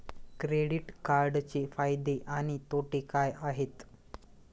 Credit कार्डचे फायदे आणि तोटे काय आहेत?